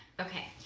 Okay